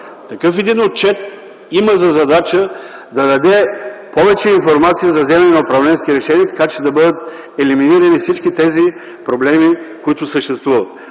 такъв отчет има за задача да даде повече информация за вземане на управленски решения, така че да бъдат елиминирани всички тези проблеми, които съществуват.